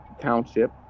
township